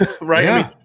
right